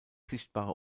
sichtbare